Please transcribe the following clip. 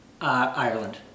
Ireland